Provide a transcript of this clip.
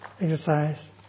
exercise